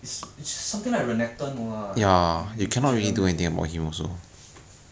then don't play with so many different people lah you ah